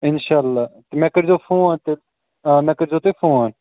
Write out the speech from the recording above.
اِنشاء اللہ مےٚ کٔرۍزیو فون تہٕ آ مےٚ کٔرۍزیو تُہۍ فون